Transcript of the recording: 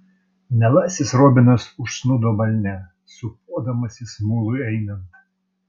mielasis robinas užsnūdo balne sūpuodamasis mului einant